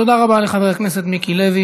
תודה רבה לחבר הכנסת מיקי לוי.